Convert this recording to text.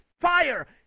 fire